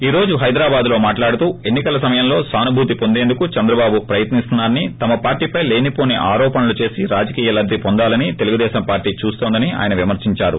ఈ రోజు హైదరాబాద్ లో మాట్లాడురూ ఎన్నికల సమయంలో సానుభూతి వొందేందుకు చంద్రబాబు ప్రయత్నిస్తున్నారని తమ పార్టీ పై లేనిపోని ఆరోపణలు చేసి రాజకీయ లబ్ది పొందాలని తెలుగు దేశం పార్టీ చూస్తోందని ఆయన విమర్శించారు